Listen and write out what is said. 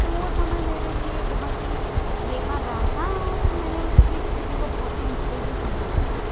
तो वो समय मेरे लिए बहुत ही बेकार रहा था और मैंने उसकी स्थिति को बहुत ही मुश्किल से संभाला था